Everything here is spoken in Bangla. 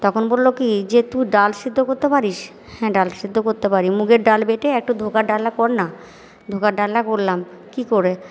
তখন বললো কি যে তুই ডাল সেদ্ধ করতে পারিস হ্যাঁ ডাল সেদ্ধ করতে পারি মুগের ডাল বেটে একটু ধোঁকার ডালনা কর না ধোঁকার ডালনা করলাম কি করে